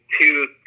two